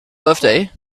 birthday